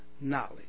knowledge